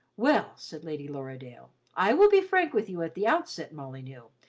well, said lady lorridaile, i will be frank with you at the outset, molyneux,